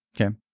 Okay